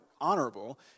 honorable